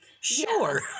sure